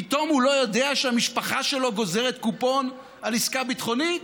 פתאום הוא לא יודע שהמשפחה שלו גוזרת קופון על עסקה ביטחונית?